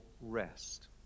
rest